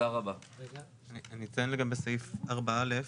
לגבי סעיף (4)(א)